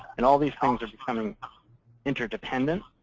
and all these things are becoming interdependent.